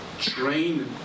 train